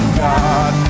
god